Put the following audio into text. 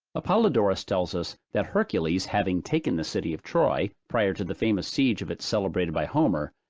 apollodorus tells us, that hercules having taken the city of troy, prior to the famous siege of it celebrated by homer,